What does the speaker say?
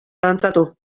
dantzatu